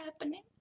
happening